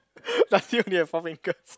does he only have Four Fingers